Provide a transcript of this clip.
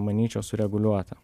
manyčiau sureguliuota